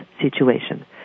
situation